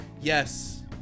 yes